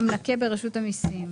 המנקה ברשות המיסים".